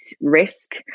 risk